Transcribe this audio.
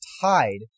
tied